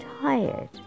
tired